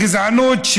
הגזענות,